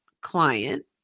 client